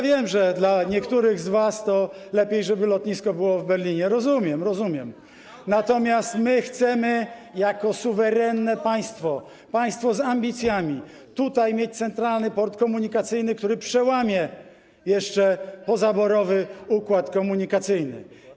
Wiem, że dla niektórych z was byłoby lepiej, żeby lotnisko było w Berlinie, rozumiem, natomiast my chcemy jako suwerenne państwo, państwo z ambicjami mieć tutaj Centralny Port Komunikacyjny, który przełamie jeszcze pozaborowy układ komunikacyjny.